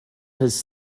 his